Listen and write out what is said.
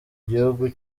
gihugu